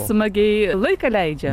smagiai laiką leidžia